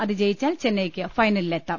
അത് ജയിച്ചാൽ ചെന്നൈയ്ക്ക് ഫൈനലിലെത്താം